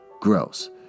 Gross